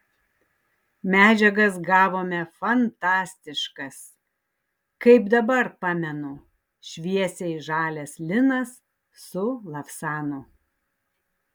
medžiagas gavome fantastiškas kaip dabar pamenu šviesiai žalias linas su lavsanu